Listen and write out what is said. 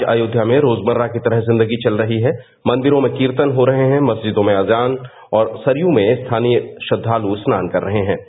आज अयोध्या में रोजमर्स की तरह जिंदगी चल रही है मंदिरों में कीर्तन हो रहे हैं मरिजदों में अजान और सरयू में स्थानीय श्रद्वालु स्नान कर रहे हैं